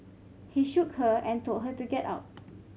he shook her and told her to get up